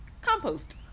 compost